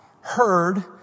heard